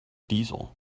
diesel